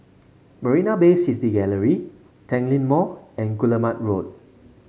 Marina Bay City Gallery Tanglin Mall and Guillemard Road